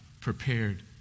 prepared